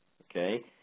Okay